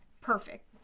perfect